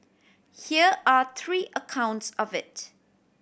here are three accounts of it